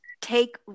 take